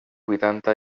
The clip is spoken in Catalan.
vuitanta